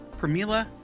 Pramila